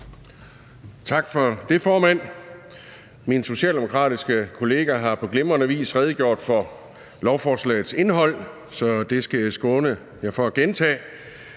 Tak for det, formand. Min socialdemokratiske kollega har på glimrende vis redegjort for lovforslagets indhold, så det skal jeg skåne jer for en gentagelse